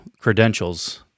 credentials